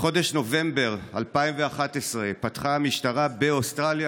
בחודש נובמבר 2011 פתחה המשטרה באוסטרליה